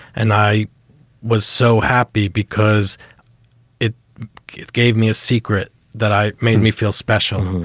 and i was so happy because it gave me a secret that i made me feel special.